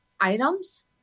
items